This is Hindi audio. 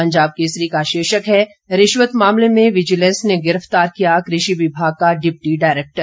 पंजाब केसरी का शीर्षक है रिश्वत मामले में विजिलैंस ने गिरफ्तार किया कृषि विभाग का डिप्टी डायरैक्टर